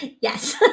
yes